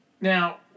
now